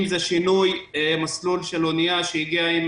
אם זה שינוי מסלול של אנייה שהגיעה עם